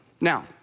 Now